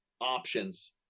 options